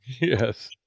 Yes